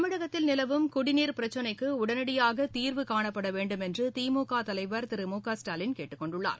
தமிழகத்தில் நிலவும் குடிநீர் பிரச்சினைக்கு உடனடியாக தீர்வு காணப்பட வேண்டுமென்று திமுக தலைவர் திரு மு க ஸ்டாலின் கேட்டுக் கொண்டுள்ளார்